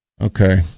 Okay